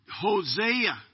Hosea